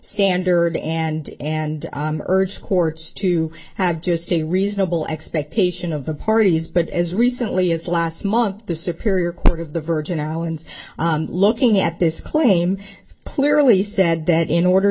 standard and and urged courts to have just a reasonable expectation of the parties but as recently as last month the superior court of the virgin islands looking at this claim clearly said that in order